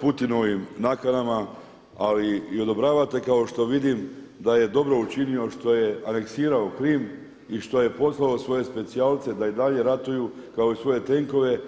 Putinovim nakanama, ali i odobravate kao što vidim da je dobro učinio što je aneksirao Krim i što je poslao svoje specijalce da i dalje ratuju kao i svoje tenkove.